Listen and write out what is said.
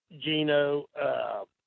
Gino